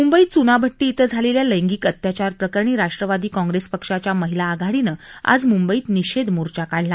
मंबईत च्नाभट्टी इथं झालेल्या लैंगिक अत्याचार प्रकरणी राष्ट्रवादी काँग्रेस पक्षाच्या महिला आघाडीनं आज मुंबईत निषेध मोर्चा काढला